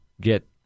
get